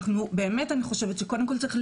אני חושבת שקודם כל צריך,